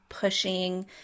pushing